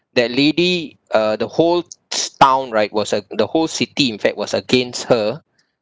that lady uh the whole town right was uh the whole city in fact was against her